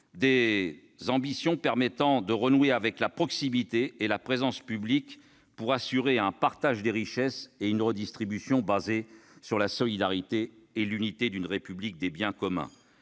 et ambitieuses, permettant de renouer avec la proximité et la présence publique, pour assurer un partage des richesses et une redistribution basée sur la solidarité et l'unité d'une République des biens communs.